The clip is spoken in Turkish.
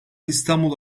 i̇stanbul